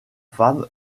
femme